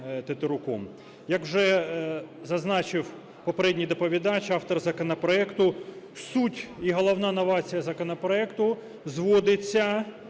Як вже зазначив попередній доповідач, автор законопроекту, суть і головна новація законопроекту зводиться